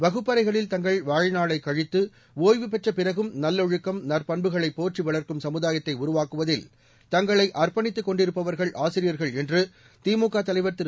வகுப்பறைகளில் தங்கள் வாழ்நாளை கழித்து ஒய்வு பெற்ற பிறகும் நல்லொழுக்கம் நற்பண்புகளை போற்றி வளர்க்கும் சமுதாயத்தை உருவாக்குவதில் தங்களை அர்ப்பணித்துக் கொண்டிருப்பவர்கள் ஆசிரியர்கள் என்று திமுக தலைவர் திரு